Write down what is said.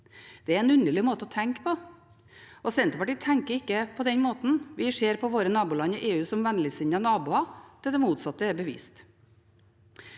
Det er en underlig måte å tenke på, og Senterpartiet tenker ikke på den måten. Vi ser på våre naboland i EU som vennligsinnede naboer inntil det motsatte er bevist.